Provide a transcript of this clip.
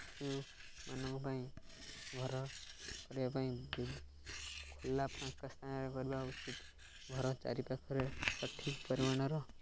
ପଶୁମାନଙ୍କ ପାଇଁ ଘର କରିବା ପାଇଁ ଖୋଲା ଫାଙ୍କା ସ୍ଥାନରେ କରିବା ଉଚିତ୍ ଘର ଚାରିପାଖରେ ସଠିକ୍ ପରିମାଣର